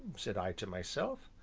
said i to myself.